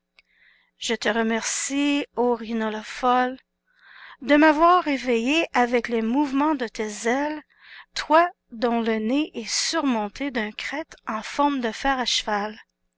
je te remercie ô rhinolophe de m'avoir réveillé avec le mouvement de tes ailes toi dont le nez est surmonté d'une crête en forme de fer à cheval